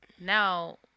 now